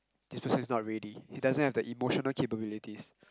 this person is not ready he doesn't have the emotional capabilities